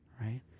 Right